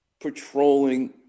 patrolling